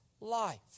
life